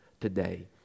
today